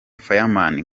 fireman